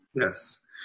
Yes